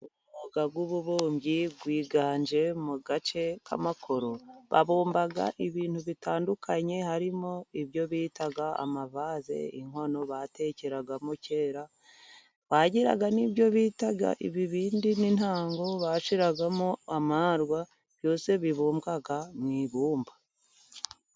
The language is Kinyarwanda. Umwuga w'ububumbyi wiganje mu gace k'amakoro. babumbaga ibintu bitandukanye harimo ibyo bitaga amavaze, inkono batekeragamo kera, bagiraga n'ibyo bitaga ibibindi n'intango bashyiragamo amaharwa, byose bibumbwa mu ibumba.